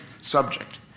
subject